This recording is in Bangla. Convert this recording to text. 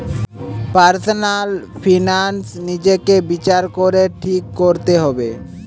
পার্সনাল ফিনান্স নিজেকে বিচার করে ঠিক কোরতে হবে